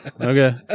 Okay